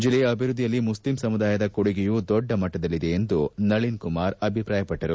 ಜಿಲ್ಲೆಯ ಅಭಿವೃದ್ಧಿಯಲ್ಲಿ ಮುಸ್ಲಿಂ ಸಮುದಾಯದ ಕೊಡುಗೆಯೂ ದೊಡ್ಡ ಮಟ್ಟದಲ್ಲಿದೆ ಎಂದು ನಳಿನ್ ಕುಮಾರ್ ಹೇಳಿದರು